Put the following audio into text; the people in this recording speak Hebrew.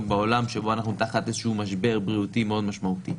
בעולם בו אנחנו תחת איזשהו משבר בריאותי מאוד משמעותי.